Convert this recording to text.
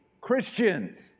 Christians